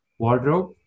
Wardrobe